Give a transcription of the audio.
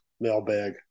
Mailbag